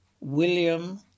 William